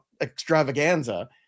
extravaganza